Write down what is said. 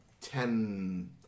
ten